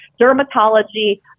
dermatology